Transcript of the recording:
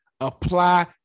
Apply